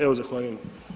Evo zahvaljujem.